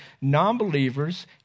non-believers